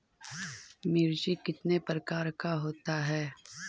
मिर्ची कितने प्रकार का होता है?